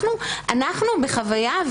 אנחנו בחוויה,